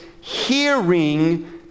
hearing